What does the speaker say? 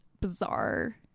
bizarre